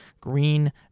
Green